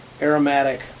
aromatic